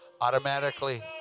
automatically